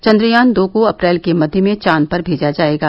चंद्रयान दो को अप्रैल के मध्य में चांद पर भेजा जाएगा